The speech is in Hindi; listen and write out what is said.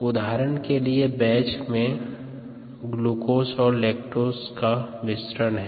उदाहरण के लिए बैच में ग्लूकोज और लैक्टोज का मिश्रण है